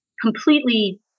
completely